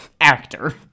Actor